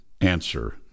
answer